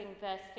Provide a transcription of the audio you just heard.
verse